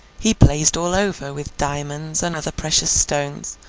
he blazed all over with diamonds and other precious stones,